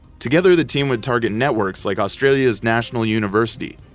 together the team would target networks like australia's national university,